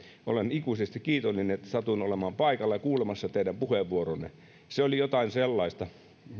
olen ikuisesti kiitollinen että satuin olemaan paikalla kuulemassa teidän puheenvuoronne se oli jotain sellaista